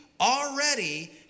already